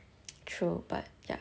true but ya